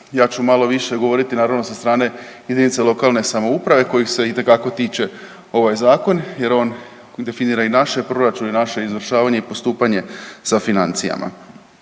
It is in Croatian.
Ja ću malo više govoriti naravno sa strane JLS kojih se itekako tiče ovaj zakon jer on definira i naše proračune i naše izvršavanje i postupanje sa financijama.